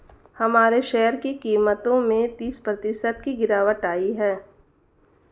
हमारे शेयर की कीमतों में तीस प्रतिशत की गिरावट आयी है